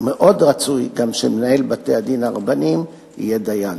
מאוד רצוי שמנהל בתי-הדין הרבניים יהיה דיין.